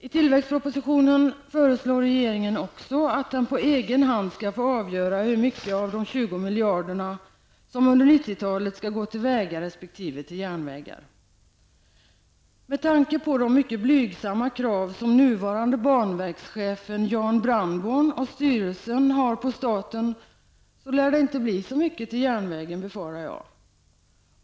I tillväxtpropositionen föreslår regeringen att den på egen hand skall få avgöra hur mycket av de 20 miljarderna som under 90-talet skall gå till vägar resp. järnvägar. Med tanke på de mycket blygsamma krav som nuvarande banverkschefen Jan Brandborn och styrelsen har på staten lär det inte bli mycket till järnvägen, befarar jag.